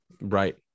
right